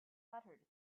fluttered